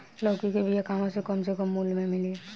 लौकी के बिया कहवा से कम से कम मूल्य मे मिली?